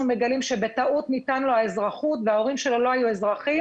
מגלים שבטעות ניתן לו האזרחות וההורים שלו לא היו אזרחים,